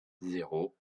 zéro